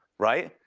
right,